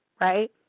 right